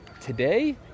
today